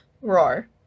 Roar